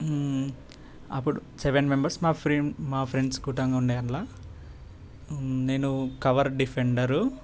అప్పుడు seven members మా friend మా ఫ్రెండ్స్ గుట్టంగుండే అట్లా నేను కవర్ డిఫెండరు